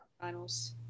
finals